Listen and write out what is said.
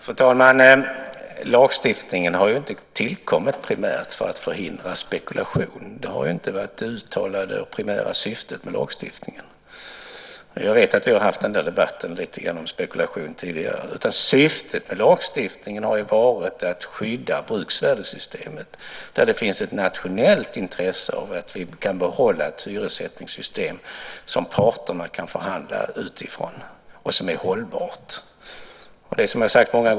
Fru talman! Lagstiftningen har inte tillkommit primärt för att förhindra spekulation. Det har inte varit det uttalade primära syftet med lagstiftningen. Jag vet att vi har haft lite debatt om spekulation tidigare. Syftet med lagstiftningen har ju varit att skydda bruksvärdessystemet. Det finns ett nationellt intresse av att vi kan behålla ett hyressättningssystem som parterna kan förhandla utifrån och som är hållbart.